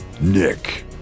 Nick